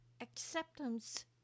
acceptance